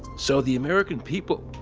so the american people,